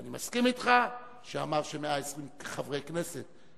ואני מסכים אתך שאמר ש-120 חברי כנסת.